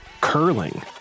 curling